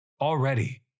already